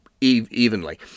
evenly